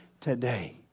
today